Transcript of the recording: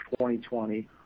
2020